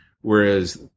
whereas